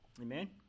Amen